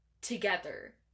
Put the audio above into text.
together